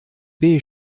beige